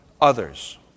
others